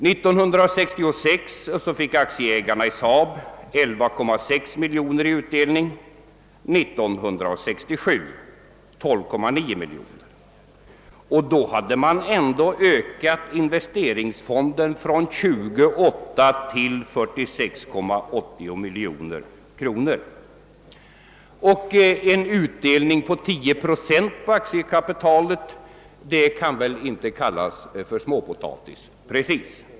1966 fick aktieägarna i SAAB 11,6 miljoner i utdelning, 1967 12,9 miljoner. Då hade man ändå ökat investeringsfonden från 28 till 46,8 miljoner kronor. En utdelning av 10 procent på aktiekapitalet kan väl inte precis kallas för småpotatis.